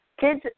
kids